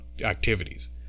activities